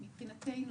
מבחינתנו,